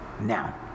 Now